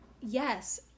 yes